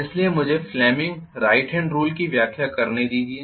इसलिए मुझे Fleming right hand rule की व्याख्या करने दीजिए